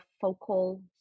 focal